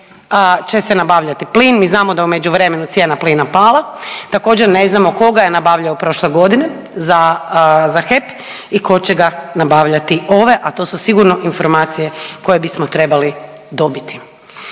će se nabavljati plin. Mi znamo da je u međuvremenu cijena plina pala. Također ne znamo tko ga je nabavljao prošle godine za HEP i tko će ga nabavljati ove a to su sigurno informacije koje bismo trebali dobiti.